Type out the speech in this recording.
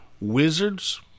Wizards